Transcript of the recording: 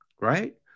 right